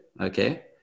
Okay